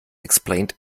explained